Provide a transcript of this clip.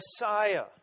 Messiah